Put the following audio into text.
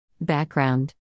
Background